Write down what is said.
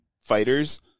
fighters